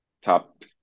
top